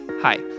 Hi